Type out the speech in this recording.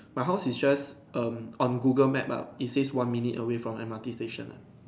my house is just um on Google map lah it says one minute away from M_R_T station lah